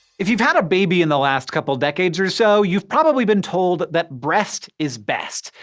if you've had a baby in the last couple decades or so, you've probably been told that breast is best.